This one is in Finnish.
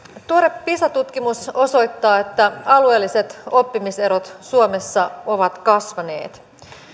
tuore pisa tutkimus osoittaa että alueelliset oppimiserot suomessa ovat kasvaneet